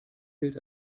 gilt